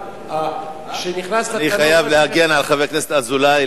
אני חייב להגן על חבר הכנסת אזולאי,